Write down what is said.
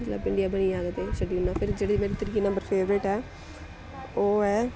मतलब भिंडियां बनी जान ते छड्डी ओड़ना फिर जेह्ड़ी मेरी त्री नंबर फेवरेट ऐ ओह् ऐ